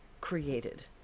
created